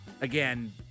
again